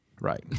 Right